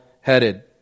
headed